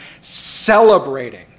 celebrating